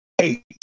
Eight